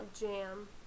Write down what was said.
jam